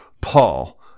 Paul